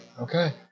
Okay